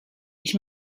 ich